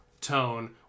tone